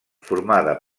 formada